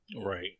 Right